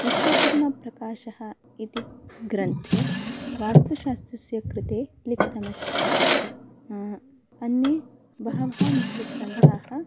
विश्वकर्मप्रकाशः इति ग्रन्थे वास्तुशास्त्रस्य कृते लिखितमस्ति अन्ये बहवः मुख्यग्रन्थाः